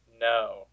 No